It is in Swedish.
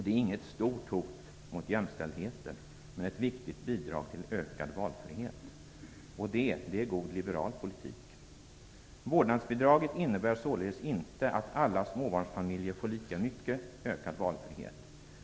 Det är inget stort hot mot jämställdheten, men ett viktigt bidrag till ökad valfrihet. Det är god liberal politik. Vårdnadsbidraget innebär således inte att alla småbarnsfamiljer får lika mycket ökad valfrihet.